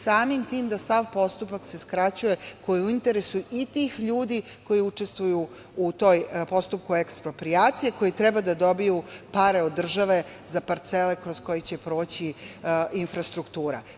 Samim tim se sav postupak skraćuje, koji je u interesu i tih ljudi koji učestvuju u postupku eksproprijacije, koji treba da dobiju pare od države za parcele kroz koje će proći infrastruktura.